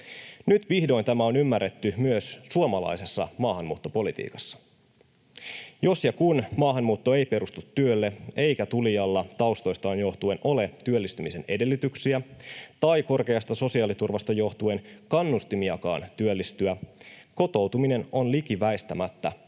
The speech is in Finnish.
Nyt vihdoin tämä on ymmärretty myös suomalaisessa maahanmuuttopolitiikassa. Jos ja kun maahanmuutto ei perustu työlle eikä tulijalla taustoistaan johtuen ole työllistymisen edellytyksiä tai korkeasta sosiaaliturvasta johtuen kannustimiakaan työllistyä, kotoutuminen on liki väistämättä